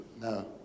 No